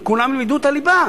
וכולם ילמדו את הליבה.